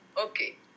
Okay